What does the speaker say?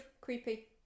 Creepy